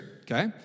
okay